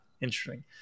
interesting